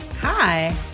Hi